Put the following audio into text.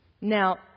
now